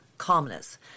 Calmness